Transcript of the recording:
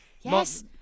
Yes